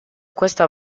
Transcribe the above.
questa